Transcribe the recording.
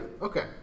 okay